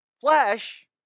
flesh